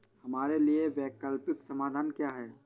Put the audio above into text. हमारे लिए वैकल्पिक समाधान क्या है?